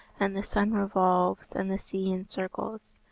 and the sun revolves, and the sea encircles,